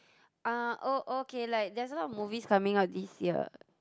uh oh okay like there's a lot of movies coming out this year